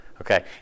Okay